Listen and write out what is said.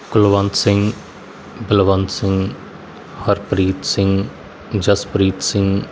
Kulwant Singh Balwant Singh Harpreet Singh Jaspreet Singh